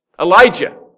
Elijah